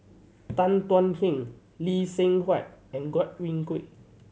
Tan Thuan Heng Lee Seng Huat and Godwin Koay